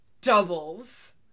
doubles